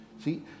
See